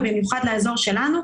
ובמיוחד לאזור שלנו.